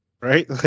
Right